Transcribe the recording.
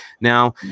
now